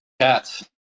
cats